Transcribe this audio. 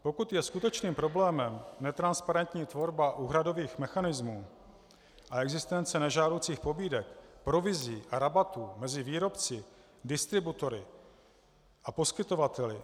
Pokud je skutečným problémem netransparentní tvorba úhradových mechanismů a existence nežádoucích pobídek, provizí a rabatů mezi výrobci, distributory a poskytovateli.